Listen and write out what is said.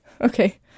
Okay